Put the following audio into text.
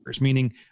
meaning